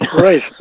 right